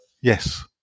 Yes